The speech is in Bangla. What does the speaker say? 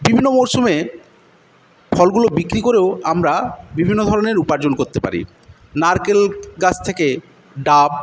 বিভিন্ন মরসুমে ফলগুলো বিক্রি করেও আমরা বিভিন্ন ধরণের উপার্জন করতে পারি নারকেল গাছ থেকে ডাব